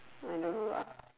I don't know lah